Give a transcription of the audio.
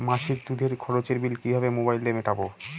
মাসিক দুধের খরচের বিল কিভাবে মোবাইল দিয়ে মেটাব?